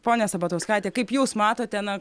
ponia sabatauskaite kaip jūs matote na